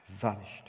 vanished